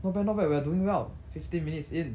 not bad not bad we are doing well fifteen minutes in